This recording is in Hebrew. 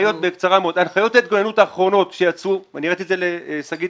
הנחיות ההתגוננות האחרונות שיצאו ואני הראיתי את זה אתמול לשגית